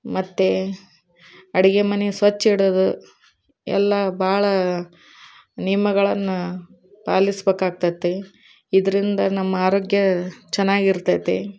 ಮತ್ತು ಅಡುಗೆ ಮನೆ ಸ್ವಚ್ಛ ಇಡೋದು ಎಲ್ಲ ಭಾಳ ನಿಯಮಗಳನ್ನು ಪಾಲಿಸಬೇಕಾಗ್ತೈತಿ ಇದರಿಂದ ನಮ್ಮ ಆರೋಗ್ಯ ಚೆನ್ನಾಗಿರ್ತೈತಿ